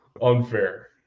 unfair